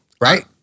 Right